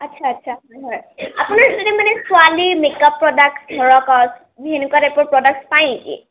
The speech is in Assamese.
আচ্ছা আচ্ছা হয় আপোনাৰ মানে ছোৱালীৰ মেক আপ প্ৰডাক্ট ধৰক সেনেকুৱা টাইপৰ প্ৰডাক্ট পাই নেকি